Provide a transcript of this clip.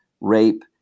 rape